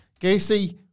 Gacy